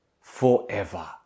forever